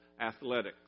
athletics